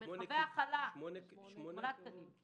שמונה כיתות מבתי הספר המיוחדים.